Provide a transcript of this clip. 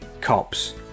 cops